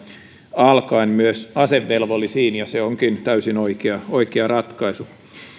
alkaen myös asevelvollisiin ja se onkin täysin oikea oikea ratkaisu